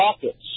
pockets